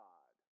God